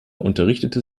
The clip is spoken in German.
unterrichtete